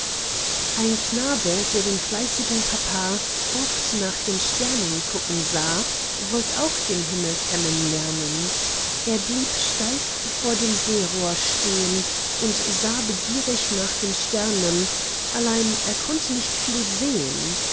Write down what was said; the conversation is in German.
ein knabe der den fleißigen papa oft nach den sternen gucken sah wollt auch den himmel kennenlernen er blieb steif vor dem sehrohr stehn und sah begierig nach den sternen allein er konnte nicht viel sehn